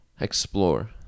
explore